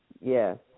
Yes